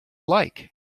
like